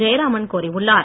ஜெயராமன் கோரியுள்ளார்